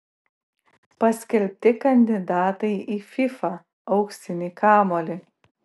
paskelbti kandidatai į fifa auksinį kamuolį